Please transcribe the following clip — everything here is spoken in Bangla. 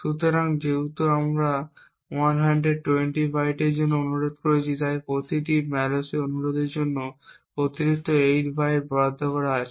সুতরাং যেহেতু আমরা 120 বাইটের জন্য অনুরোধ করেছি এবং প্রতিটি malloc অনুরোধের জন্য একটি অতিরিক্ত 8 বাইট বরাদ্দ করা আছে